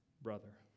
brother